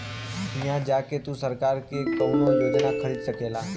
हिया जा के तू सरकार की कउनो योजना खरीद सकेला